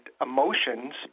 emotions –